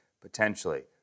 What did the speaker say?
potentially